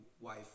wife